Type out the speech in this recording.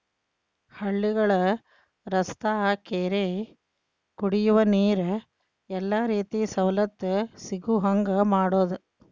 ಹಳ್ಳಿಗಳ ರಸ್ತಾ ಕೆರಿ ಕುಡಿಯುವ ನೇರ ಎಲ್ಲಾ ರೇತಿ ಸವಲತ್ತು ಸಿಗುಹಂಗ ಮಾಡುದ